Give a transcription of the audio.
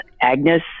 Agnes